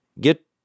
get